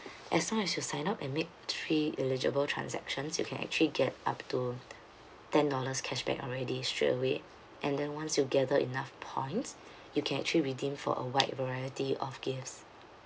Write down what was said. as long as you sign up and make three illegible transactions you can actually get up to ten dollars cashback already straight away and then once you gather enough points you can actually redeem for a wide variety of gifts